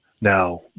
now